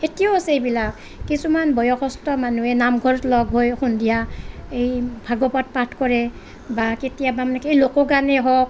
এতিয়াও আছে এইবিলাক কিছুমান বয়সস্থ মানুহে নামঘৰত লগ হৈ সন্ধিয়া এই ভাগৱত পাঠ কৰে বা কেতিয়াবা এনেকে লোকগানেই হওক